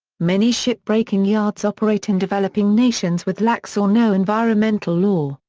many ship breaking yards operate in developing nations with lax or no environmental law,